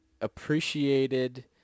appreciated